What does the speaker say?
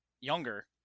younger